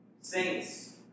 Saints